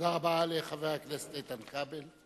תודה רבה לחבר הכנסת איתן כבל,